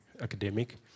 academic